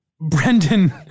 Brendan